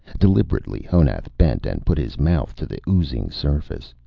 deliberately, honath bent and put his mouth to the oozing surface.